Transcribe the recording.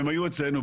הם ישבו אצלנו,